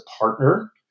partner